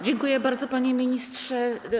Dziękuję bardzo, panie ministrze.